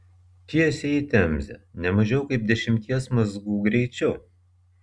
tiesiai į temzę ne mažiau kaip dešimties mazgų greičiu